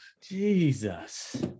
Jesus